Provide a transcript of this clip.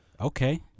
Okay